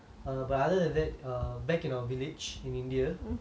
err but other than that err back in our village in india